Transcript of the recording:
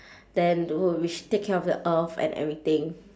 then don't know which take care of the earth and everything